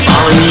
on